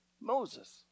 Moses